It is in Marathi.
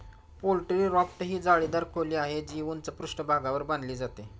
पोल्ट्री राफ्ट ही जाळीदार खोली आहे, जी उंच पृष्ठभागावर बांधली जाते